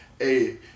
Hey